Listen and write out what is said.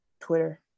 twitter